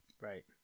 Right